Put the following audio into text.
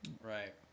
Right